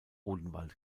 odenwald